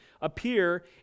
appear